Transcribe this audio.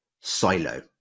Silo